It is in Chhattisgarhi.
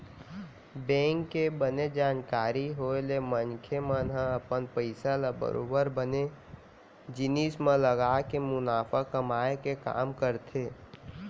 बेंक के बने जानकारी होय ले मनखे मन ह अपन पइसा ल बरोबर बने जिनिस म लगाके मुनाफा कमाए के काम करथे